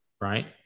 right